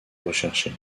recherché